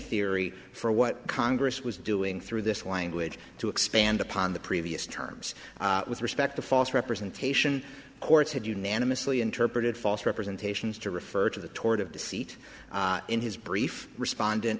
theory for what congress was doing through this language to expand upon the previous terms with respect to false representation courts had unanimously interpreted false representations to refer to the toward of the seat in his brief respondent